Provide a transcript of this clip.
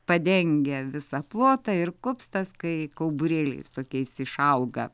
padengia visą plotą ir kupstas kai kauburėliais tokiais išauga